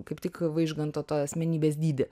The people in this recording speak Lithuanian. kaip tik vaižganto tą asmenybės dydį